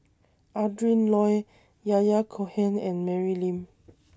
Adrin Loi Yahya Cohen and Mary Lim